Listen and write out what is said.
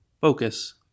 focus